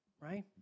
Right